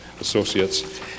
associates